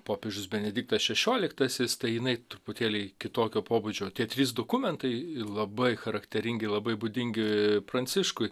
popiežius benediktas šešioliktasis tai jinai truputėlį kitokio pobūdžio tie trys dokumentai labai charakteringi labai būdingi pranciškui